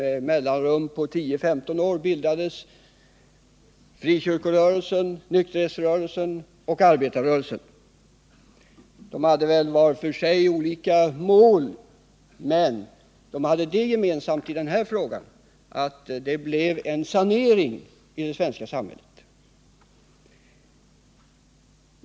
Med mellanrum på 10-15 år bildades frikyrkorörelsen, nykterhetsrörelsen och arbetarrörelsen. De hade var för sig olika mål, men de hade ett gemensamt intresse när det gällde den här frågan, och det blev en sanering i det svenska samhället.